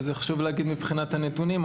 וזה חשוב להגיד מבחינת הנתונים.